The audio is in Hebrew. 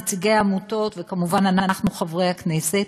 נציגי העמותות וכמובן אנחנו חברי הכנסת,